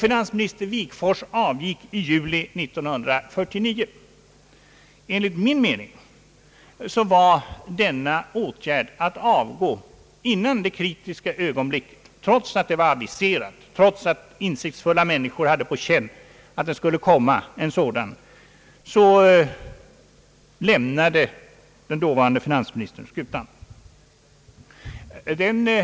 Finansminister Wigforss avgick i juli 1949. Trots att detta kritiska ögonblick i vår valutapolitik — devalveringen alltså — var nära förestående och att insiktsfulla människor hade denna utveckling på känn, lämnade den dåvarande finansministern skutan, innan devalveringen var ett faktum.